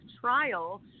trial